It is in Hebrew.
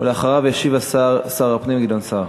ואחריו ישיב שר הפנים גדעון סער.